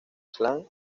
slam